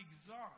exhaust